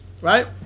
right